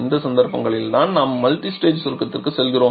இந்த சந்தர்ப்பங்களில் நாம் மல்டிஸ்டேஜ் சுருக்கத்திற்கு செல்கிறோம்